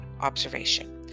observation